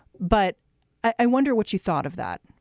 but i wonder what you thought of that,